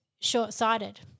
short-sighted